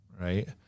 right